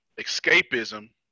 Escapism